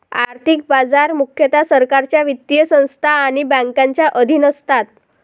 आर्थिक बाजार मुख्यतः सरकारच्या वित्तीय संस्था आणि बँकांच्या अधीन असतात